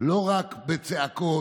לא רק בצעקות,